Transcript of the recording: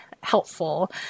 helpful